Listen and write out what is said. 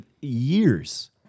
years